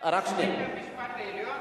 בית-המשפט העליון?